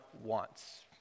wants